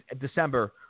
December